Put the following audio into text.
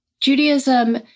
Judaism